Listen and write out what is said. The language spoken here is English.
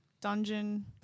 dungeon